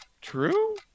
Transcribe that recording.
True